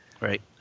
right